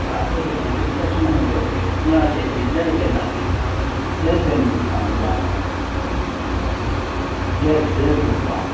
ꯑꯗꯨ ꯀꯩꯅꯣꯅꯤ ꯀꯩꯅꯣꯝꯇ ꯁꯨꯝ ꯍꯪꯖꯍꯧꯒꯦ ꯃꯨꯛꯅꯥꯁꯦ ꯑꯩꯈꯣꯏ ꯖꯁꯀ ꯅꯥꯏꯕꯤꯔꯦ ꯖꯁꯀ ꯊꯝꯕꯖꯥꯠꯂꯣ ꯖꯁ ꯖꯁꯒꯨꯝꯕ